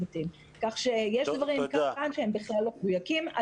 כך שיש דברים שנאמרו כאן שהם בכלל לא מדויקים.